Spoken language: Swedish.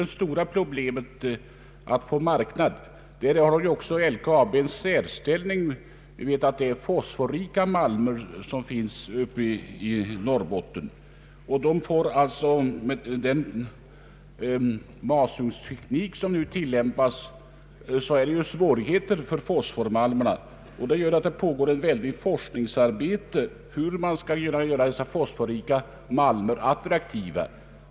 Det stora problemet är att finna marknad för malmen. LKAB har där särskilda problem eftersom malmen i Norrbotten är fosforrik. Med den masugnsteknik som numera praktiseras har man vissa svårigheter att använda fosformalm. Det pågår ett intensivt forskningsarbete för att söka göra dessa malmer mer attraktiva.